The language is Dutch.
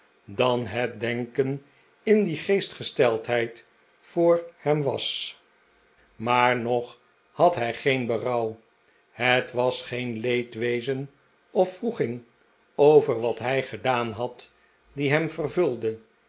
dan het denken in die geestesgesteldheid voor hem was maar nog had hij geen berouw het was geen leedwezen of wroeging over wat hij gedaan had die hem vervulde